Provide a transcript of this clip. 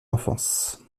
enfance